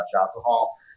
alcohol